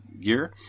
gear